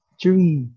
three